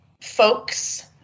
folks